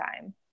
time